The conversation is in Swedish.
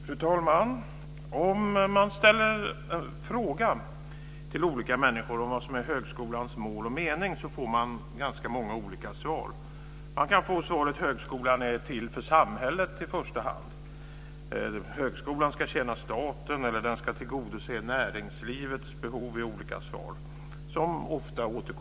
Fru talman! Om man till olika människor ställer frågan vad som är högskolans mål och mening, får man ganska många olika svar. Svar som ofta återkommer från politiskt håll är att högskolan i första hand är till för samhället, att den ska tjäna staten eller att den ska tillgodose näringslivets behov.